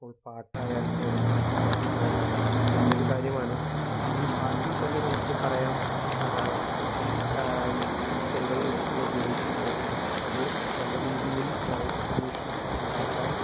ഇപ്പോള് പാട്ടായാല്പ്പോലും നല്ലൊരു കാര്യമാണ് പക്ഷെയീ പാട്ടില്ത്തന്നെ നമുക്ക് പറയാം പാട്ടില് ഈ സ്പീക്കറുകള് ഒക്കെ ഉപയോഗിക്കുമ്പോള് അത് നല്ല രീതിയില് നോയ്സ് പൊല്യൂഷനൊക്കെ ഉണ്ടാക്കാന്